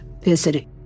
visiting